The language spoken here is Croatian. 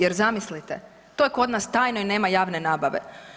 Jer zamislite, to je kod nas tajno i nema javne nabave.